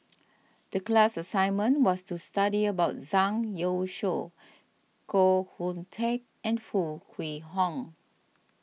the class assignment was to study about Zhang Youshuo Koh Hoon Teck and Foo Kwee Horng